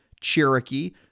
Cherokee